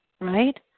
right